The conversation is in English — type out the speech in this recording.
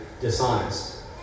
dishonest